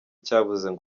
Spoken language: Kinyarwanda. icyabuze